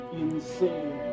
insane